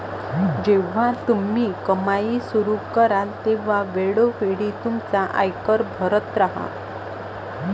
जेव्हा तुम्ही कमाई सुरू कराल तेव्हा वेळोवेळी तुमचा आयकर भरत राहा